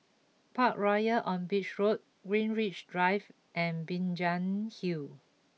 Parkroyal on Beach Road Greenwich Drive and Binjai Hill